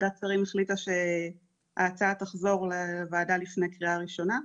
ועדת שרים החליטה שההצעה תחזור לוועדה לפני קריאה ראשונה.